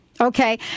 Okay